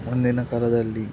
ಮುಂದಿನ ಕಾಲದಲ್ಲಿ